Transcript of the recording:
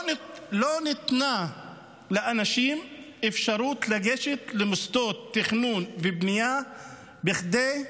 לא ניתנה לאנשים אפשרות לגשת למוסדות תכנון ובנייה בכדי לבנות.